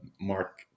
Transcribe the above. mark